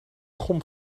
gom